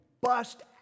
bust